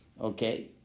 Okay